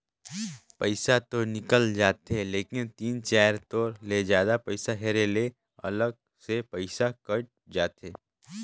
पइसा तो निकल जाथे लेकिन तीन चाएर तोर ले जादा पइसा हेरे ले अलग से पइसा कइट जाथे